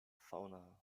fauna